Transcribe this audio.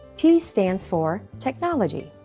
t stands for technology.